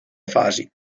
fasi